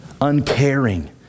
uncaring